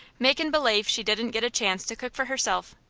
makin' belave she didn't get a chance to cook for herself,